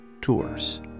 tours